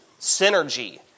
Synergy